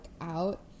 out